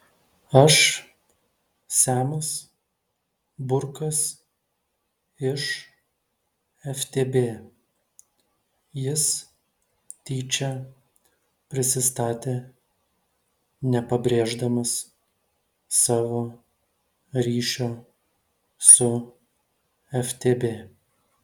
aš semas burkas iš ftb jis tyčia prisistatė nepabrėždamas savo ryšio su ftb